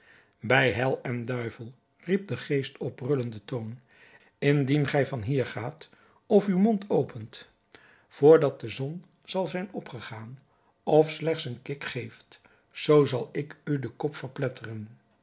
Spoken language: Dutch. bij hel en duivel riep de geest op brullenden toon indien gij van hier gaat of uw mond opent vr dat de zon zal zijn opgegaan of slechts een kik geeft zoo zal ik u den kop verpletteren